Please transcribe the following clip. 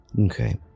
Okay